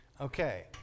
Okay